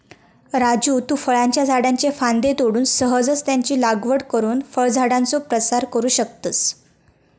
राजू तु फळांच्या झाडाच्ये फांद्ये तोडून सहजच त्यांची लागवड करुन फळझाडांचो प्रसार करू शकतस